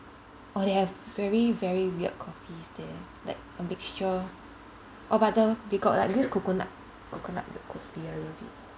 oh they have very very weird coffees there like a mixture oh but the they got like this coconut coconut milk kopi I love it